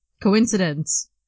coincidence